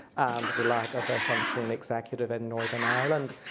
and the lack of a functioning executive in northern ireland,